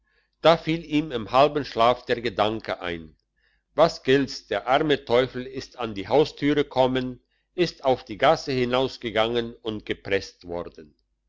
da fiel ihm im halben schlaf der gedanke ein was gilt's der arme teufel ist an die haustüre kommen ist auf die gasse hinausgegangen und gepresst worden